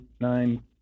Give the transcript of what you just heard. nine